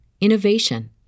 innovation